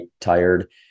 tired